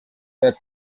that